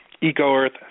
eco-earth